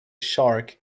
shark